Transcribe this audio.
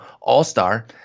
all-star